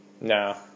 No